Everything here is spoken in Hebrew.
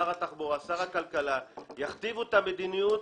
שר התחבורה ושר הכלכלה ויכתיבו את המדיניות